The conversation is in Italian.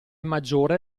maggiore